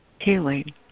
Healing